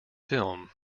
film